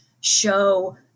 show